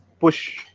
push